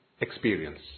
experience